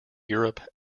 europe